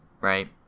right